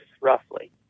roughly